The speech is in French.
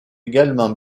également